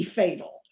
fatal